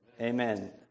Amen